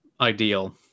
ideal